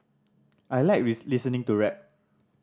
I like listening to rap